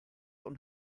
und